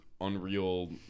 unreal